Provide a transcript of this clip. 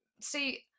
See